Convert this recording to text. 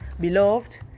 Beloved